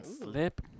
slip